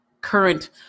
current